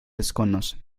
desconocen